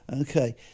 Okay